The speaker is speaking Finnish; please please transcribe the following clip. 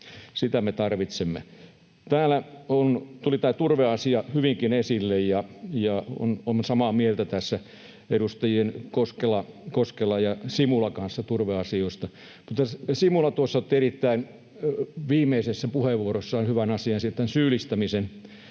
sitä me tarvitsemme. Täällä tuli tämä turveasia hyvinkin esille, ja olen samaa mieltä tässä edustajien Koskela ja Simula kanssa turveasioista. Simula tuossa viimeisessä puheenvuorossaan otti esiin erittäin